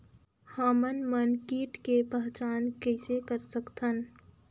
हमन मन कीट के पहचान किसे कर सकथन?